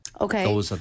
Okay